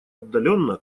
отдалённо